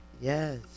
yes